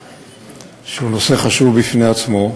נושא חשוב בפני עצמו,